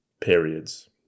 periods